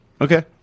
Okay